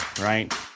right